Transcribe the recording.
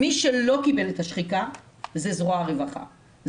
אני רוצה להגיע לזרוע העבודה והרווחה ואתה היית גם בנושא הזה.